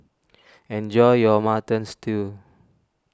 enjoy your Mutton Stew